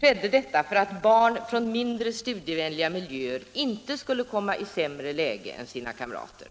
skedde detta för att barn från mindre studievänliga miljöer inte skulle komma i sämre läge än sina kamrater.